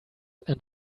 and